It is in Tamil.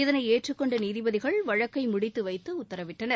இதனை ஏற்றுக்கொண்ட நீதிபதிகள் வழக்கை முடித்து வைத்து உத்தரவிட்டனர்